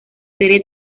serie